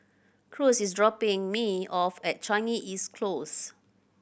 Cruz is dropping me off at Changi East Close